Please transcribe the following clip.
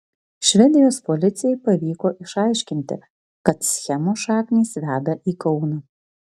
švedijos policijai pavyko išaiškinti kad schemos šaknys veda į kauną